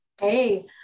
Hey